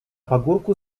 pagórku